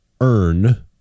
earn